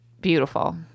beautiful